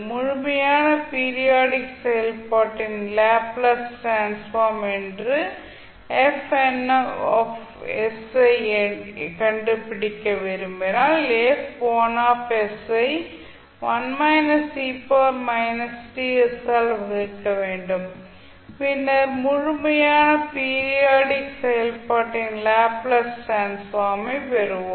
முழுமையான பீரியாடிக் செயல்பாட்டின் Laplace transform என்று F1 ஐக் கண்டுபிடிக்க விரும்பினால் F1 ஐ 1 − e−Ts ஆல் வகுக்க வேண்டும் பின்னர் முழுமையான பீரியாடிக் செயல்பாட்டின் லேப்ளேஸ் டிரான்ஸ்ஃபார்ம் பெறுவோம்